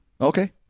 Okay